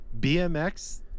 BMX